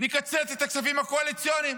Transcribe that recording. נקצץ את הכספים הקואליציוניים